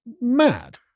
mad